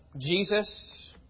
Jesus